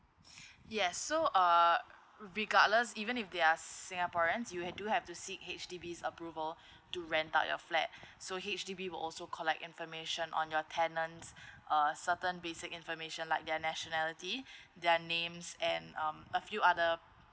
yes so err regardless even if they are singaporeans you ha~ do have to seek H_D_B's approval to rent out your flat so H_D_B will also collect information on your tenants' uh certain basic information like their nationality their names and um a few other